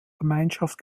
gemeinschaft